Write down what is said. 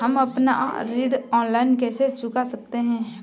हम अपना ऋण ऑनलाइन कैसे चुका सकते हैं?